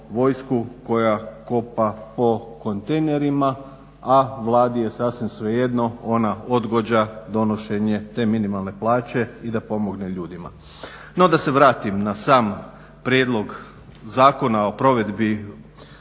koja kopa po kontejnerima a Vladi je sasvim svejedno, ona odgađa donošenje te minimalne plaće i da pomogne ljudima. No, da se vratim na sam prijedlog Zakona o provedbi